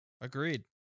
Agreed